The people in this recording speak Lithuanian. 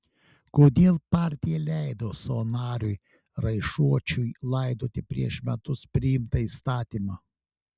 kodėl partija leido savo nariui raišuočiui laidoti prieš metus priimtą įstatymą